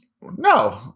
No